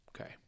Okay